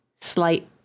slight